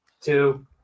Two